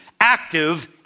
active